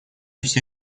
все